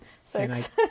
Six